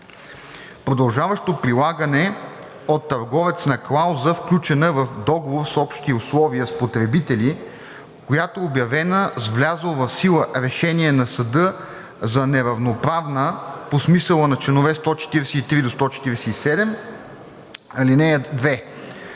продължаващо прилагане от търговец на клауза, включена в договор с общи условия с потребители, която е обявена с влязло в сила решение на съда за неравноправна по смисъла на чл. 143 – 147. (2)